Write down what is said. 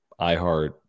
iHeart